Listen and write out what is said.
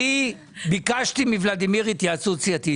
ביקשתי מולדימיר התייעצות סיעתית.